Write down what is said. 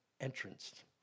entrance